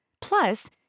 Plus